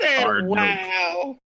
Wow